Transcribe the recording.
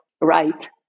right